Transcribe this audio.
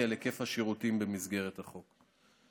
על היקף השירותים הניתן במסגרת החוק,